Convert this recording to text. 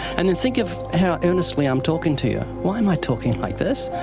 and then think of how earnestly i'm talking to you. why am i talking like this?